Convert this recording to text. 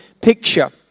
picture